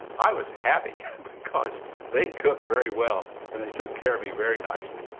i was happy, because they cooked very well. and they took care of me very nicely.